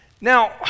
Now